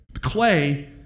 clay